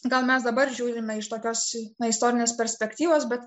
gal mes dabar žiūrime iš tokios istorinės perspektyvos bet